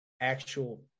actual